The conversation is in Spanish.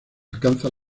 alcanza